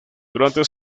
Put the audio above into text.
durante